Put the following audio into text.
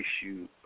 issue